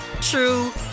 true